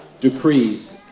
decrees